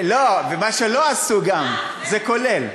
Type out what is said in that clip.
וגם מה שלא עשו, זה כולל,